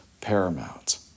paramount